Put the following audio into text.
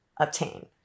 obtain